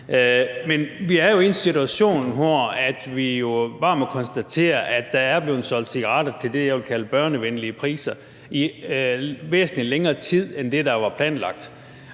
vi er jo i en situation, hvor vi bare må konstatere, at der er blevet solgt cigaretter til det, jeg vil kalde børnevenlig priser, i væsentlig længere tid end det,